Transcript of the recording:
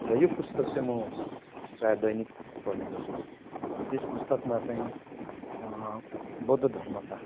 र यो पुस्तक चाहिँ म प्राय दैनिक पढ्ने गर्छु यस पुस्तकमा चाहिँ बौद्ध धर्मका